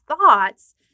thoughts